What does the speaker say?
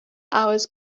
hours